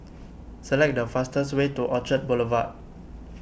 select the fastest way to Orchard Boulevard